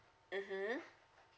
mmhmm